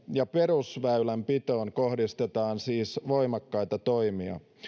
ja perusväylänpitoon kohdistetaan siis voimakkaita toimia